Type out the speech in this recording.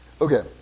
Okay